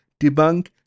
debunk